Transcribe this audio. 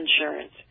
insurance